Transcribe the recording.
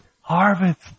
harvest